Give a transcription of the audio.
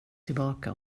tillbaka